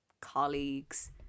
colleagues